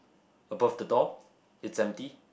above the door it's empty